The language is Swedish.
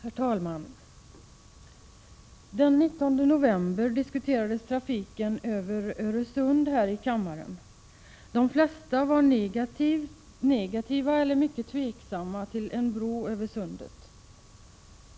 Herr talman! Den 19 november diskuterades trafiken över Öresund här i kammaren. De flesta var negativa eller mycket tveksamma till en bro över Öresund.